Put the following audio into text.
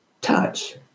touch